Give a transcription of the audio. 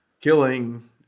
killing